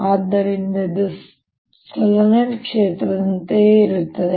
ಆದ್ದರಿಂದ ಇದು ಸೊಲೆನಾಯ್ಡ್ ಕ್ಷೇತ್ರದಂತೆ ಇರುತ್ತದೆ